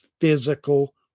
physical